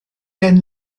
ben